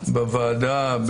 בוועדה,